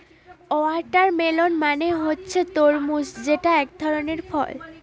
watermelon মানে হচ্ছে তরমুজ যেটা একধরনের ফল